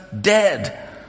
dead